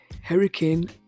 hurricane